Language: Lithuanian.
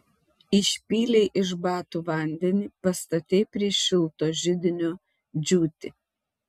išpylei iš batų vandenį pastatei prie šilto židinio džiūti